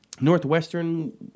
Northwestern